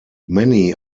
many